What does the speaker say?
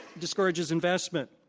discourages investment.